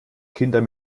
kinder